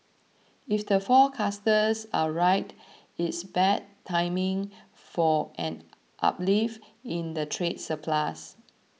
if the forecasters are right it's bad timing for an uplift in the trade surplus